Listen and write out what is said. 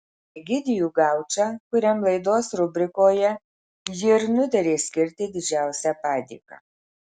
egidijų gaučą kuriam laidos rubrikoje ji ir nutarė skirti didžiausią padėką